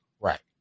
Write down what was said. Right